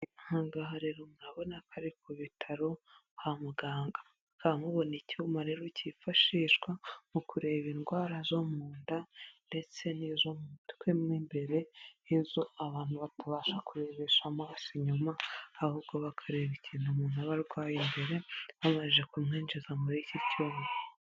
Ahaha rero murabona ko ari ku bitaro kwa muganga kaba mubona icyuma rero cyifashishwa mu kureba indwara zo mu nda ndetse n'izo m'umutwe. Imbere y'inzu abantu batabasha kurebesha amaso inyuma ahubwo bakareba ikintu umuntu aba arwaye mbere ntaje kumwinjiza muri iki kibazo.